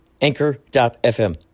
Anchor.fm